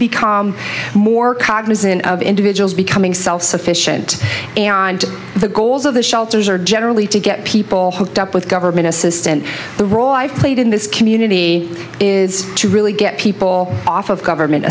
become more cognizant of individuals becoming self sufficient and the goals of the shelters are generally to get people with government assistance the role i've played in this community is to really get people off of government